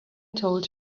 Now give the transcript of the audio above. told